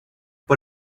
por